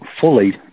fully